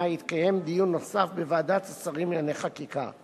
יתקיים דיון נוסף בוועדת השרים לענייני חקיקה.